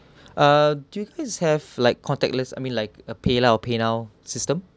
uh do you guys have like contactless I mean like a paylah or paynow system